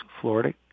Florida